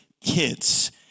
kids